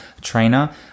trainer